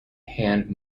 hand